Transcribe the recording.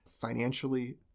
Financially